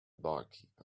barkeeper